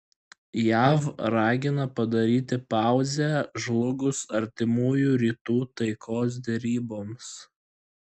jav ragina padaryti pauzę žlugus artimųjų rytų taikos deryboms